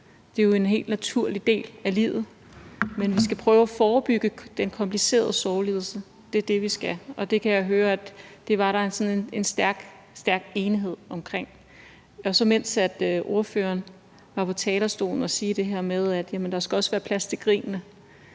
Det er jo en helt naturlig del af livet, men vi skal prøve at forebygge den komplicerede sorglidelse. Det er det, vi skal, og det kan jeg høre, at der var en stor, stor enighed omkring. Da ordføreren var på talerstolen, talte ordføreren lidt om det